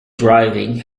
driving